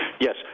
Yes